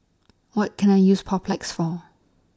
What Can I use Papulex For